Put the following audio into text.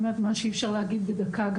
מה שאי אפשר להגיד בדקה,